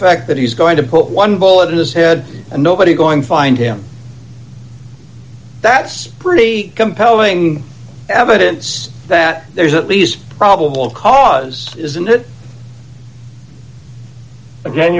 effect that he's going to put one bullet in his head and nobody going find him that's pretty compelling evidence that there's at least probable cause isn't it a